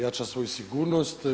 Jača svoju sigurnost?